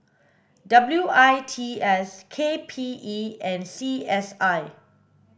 W I T S K P E and C S I